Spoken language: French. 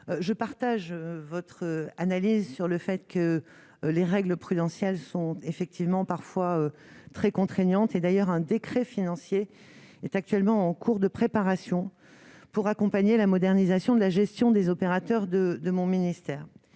je partage votre analyse sur le fait que les règles prudentielles sont effectivement parfois très contraignantes et d'ailleurs, un décret financier est actuellement en cours de préparation pour accompagner la modernisation de la gestion des opérateurs de de mon ministère